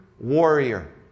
warrior